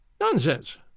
Nonsense